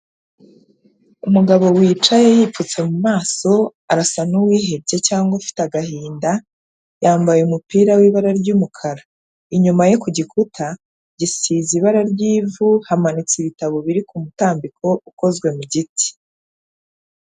Umugabo wicaye yipfutse mu maso, arasa n'uwihebye cyangwa ufite agahinda, yambaye umupira w'ibara ry'umukara, inyuma ye ku gikuta gisize ibara ry'ivu, hamanitse ibitabo biri ku mutambiko ukozwe mu giti.